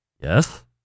Yes